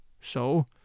So